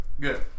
good